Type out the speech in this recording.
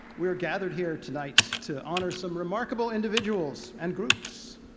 we are gathered here tonight to honour some remarkable individuals and groups.